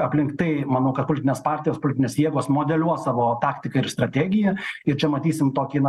aplink tai manau kad politinės partijos politinės jėgos modeliuos savo taktiką ir strategiją ir čia matysim tokį na